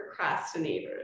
procrastinators